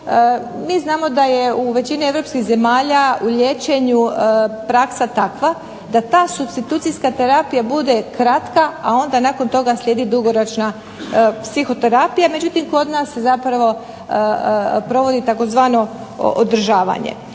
Mi znamo da je u većini europskih zemalja u liječenju praksa takva da ta supstitucijska terapija bude kratka, a onda nakon toga slijedi dugoročna psihoterapija, međutim kod nas se zapravo provodi tzv. održavanje.